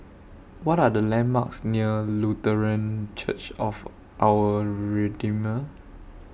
What Are The landmarks near Lutheran Church of Our Redeemer